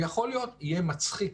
יהיה "מצחיק",